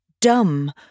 Dumb